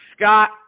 Scott